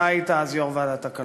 אתה היית אז יושב-ראש ועדת הכלכלה.